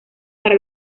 para